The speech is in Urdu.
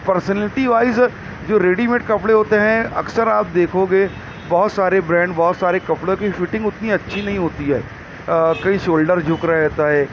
پرسنلٹی وائز جو ریڈی میڈ کپڑے ہوتے ہیں اکثر آپ دیکھو گے بہت سارے برینڈ بہت سارے کپڑوں کی فٹنگ اتنی اچھی نہیں ہوتی ہے کہیں شولڈر جھک رہتا ہے